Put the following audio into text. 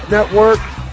Network